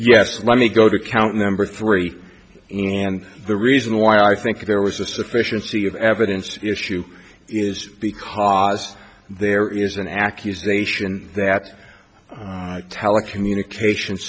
yes let me go to count number three and the reason why i think there was a sufficiency of evidence issue is because there is an accusation that telecommunications